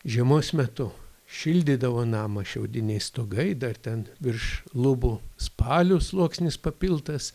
žiemos metu šildydavo namą šiaudiniai stogai dar ten virš lubų spalių sluoksnis papiltas